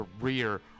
career